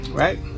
right